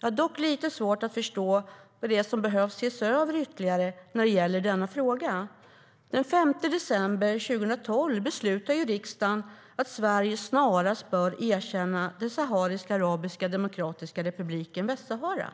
Jag har dock lite svårt att förstå vad det är som behöver ses över ytterligare när det gäller denna fråga. Den 5 december 2012 beslutade riksdagen att Sverige snarast bör erkänna Sahariska arabiska demokratiska republiken, Västsahara.